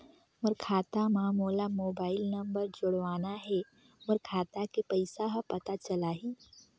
मोर खाता मां मोला मोबाइल नंबर जोड़वाना हे मोर खाता के पइसा ह पता चलाही?